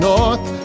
north